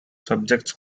subjects